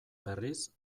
berriz